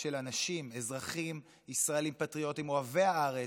של אנשים, אזרחים ישראלים פטריוטים אוהבי הארץ,